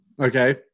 Okay